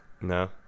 No